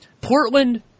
Portland